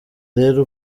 rero